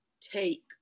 take